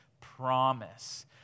promise